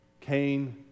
Cain